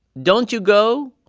don't you go?